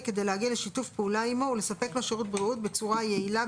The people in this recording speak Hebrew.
כדי להגיע לשיתוף פעולה עמו ולספק לו שירות בריאות בצורה יעילה,